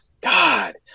God